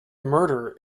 murders